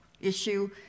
issue